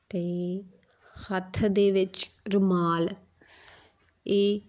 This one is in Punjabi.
ਅਤੇ ਹੱਥ ਦੇ ਵਿੱਚ ਰੁਮਾਲ ਇਹ